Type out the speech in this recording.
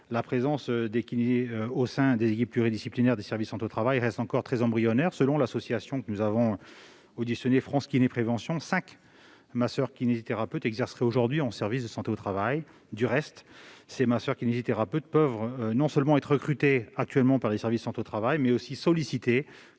la présence des kinésithérapeutes au sein des équipes pluridisciplinaires des services de santé au travail reste encore très embryonnaire : selon l'association France Kiné Prévention, cinq masseurs-kinésithérapeutes exerceraient aujourd'hui dans des services de santé au travail. Du reste, des masseurs-kinésithérapeutes peuvent être non seulement recrutés par les services de santé au travail, mais aussi sollicités